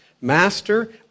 Master